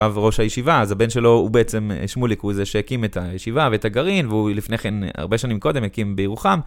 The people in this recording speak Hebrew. וראש הישיבה, אז הבן שלו הוא בעצם שמוליק, הוא זה שהקים את הישיבה ואת הגרעין והוא לפני כן, הרבה שנים קודם הקים בירוחם.